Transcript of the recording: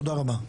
תודה רבה.